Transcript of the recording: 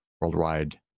worldwide